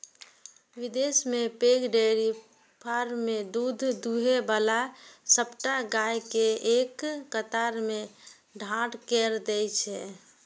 विदेश मे पैघ डेयरी फार्म मे दूध दुहै बला सबटा गाय कें एक कतार मे ठाढ़ कैर दै छै